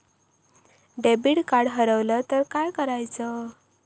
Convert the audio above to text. Debit card हरवल तर काय करायच?